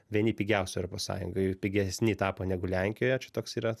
vieni pigiausių europos sąjungoj ir pigesni tapo negu lenkijoje čia toks yra